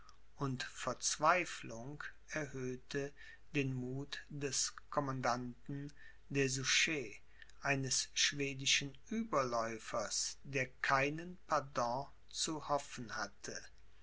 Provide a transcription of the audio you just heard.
und verzweiflung erhöhte den muth des commandanten de souches eines schwedischen ueberläufers der keinen pardon zu hoffen hatte